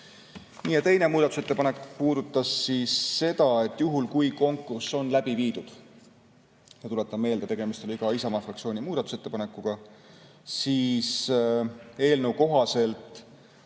Teine muudatusettepanek puudutas seda, et juhul kui konkurss on läbi viidud – ma tuletan meelde, et tegemist oli ka Isamaa fraktsiooni muudatusettepanekuga –, siis eelnõu kohaselt,